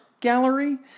Gallery